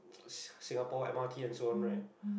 s~ Singapore m_r_t and so on right